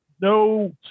no